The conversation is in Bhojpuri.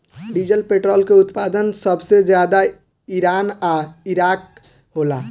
डीजल पेट्रोल के उत्पादन सबसे ज्यादा ईरान आ इराक होला